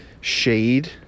shade